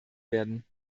werden